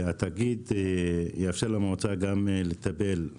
התאגיד יאפשר למועצה לטפל גם